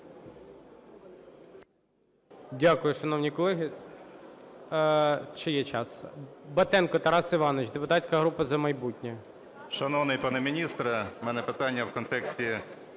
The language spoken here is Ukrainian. Дякую, шановні колеги. Ще є час. Батенко Тарас Іванович, депутатська група "За майбутнє". 11:16:58 БАТЕНКО Т.І. Шановний пане міністре, в мене питання в контексті